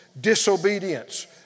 disobedience